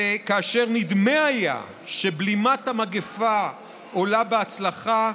וכאשר נדמה היה שבלימת המגפה עולה בהצלחה,